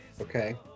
Okay